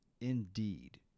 indeed